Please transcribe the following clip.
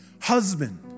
husband